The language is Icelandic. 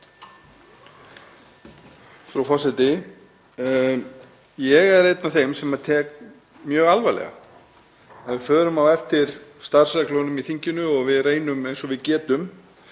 Frú forseti. Ég er einn af þeim sem taka mjög alvarlega að við förum eftir starfsreglunum í þinginu og að við reynum eins og við getum